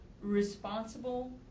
responsible